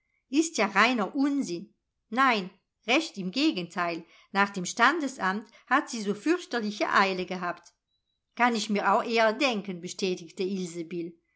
ist ja reiner unsinn nein recht im gegenteil nach dem standesamt hat sie so fürchterliche eile gehabt kann ich mir auch eher denken bestätigte